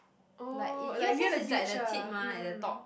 oh like near the beach ah um um